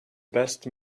best